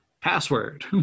password